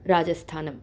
राजस्थानम्